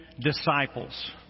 disciples